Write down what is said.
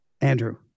Andrew